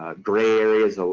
ah gray areas, ah